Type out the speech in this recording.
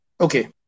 Okay